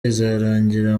izarangira